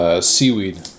Seaweed